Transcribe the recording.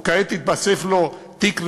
וכעת יתווסף לו תיק רביעי?